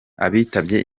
abitabye